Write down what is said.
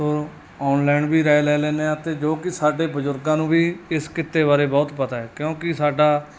ਤੋਂ ਔਨਲਾਈਨ ਵੀ ਰਾਏ ਲੈ ਲੈਂਦੇ ਹਾਂ ਅਤੇ ਜੋ ਕਿ ਸਾਡੇ ਬਜ਼ੁਰਗਾਂ ਨੂੰ ਵੀ ਇਸ ਕਿੱਤੇ ਬਾਰੇ ਬਹੁਤ ਪਤਾ ਹੈ ਕਿਉਂਕਿ ਸਾਡੇ